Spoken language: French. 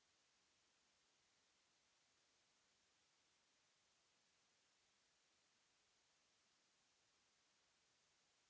...